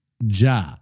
Ja